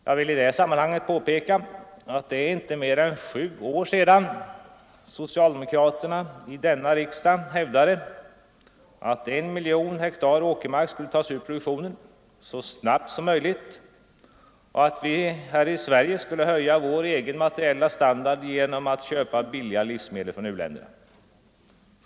Jag vill i detta sammanhang påpeka att det inte är mer än sju år sedan socialdemokraterna i riksdagen hävdade att 1 miljon hektar åkermark skulle tas ur produktionen så snart som möjligt och att vi här i Sverige skulle kunna höja vår egen standard genom att köpa billigare livsmedel från u-länderna.